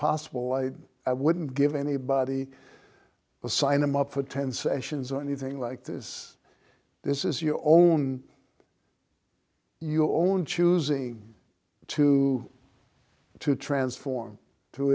possible i wouldn't give anybody a sign him up for ten sessions or anything like this this is your own your own choosing to transform to